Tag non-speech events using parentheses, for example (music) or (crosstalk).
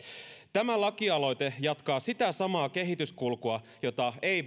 tämä lakialoite jatkaa sitä samaa kehityskulkua jota ei (unintelligible)